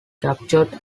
captured